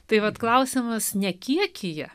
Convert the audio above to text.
tai vat klausimas ne kiekyje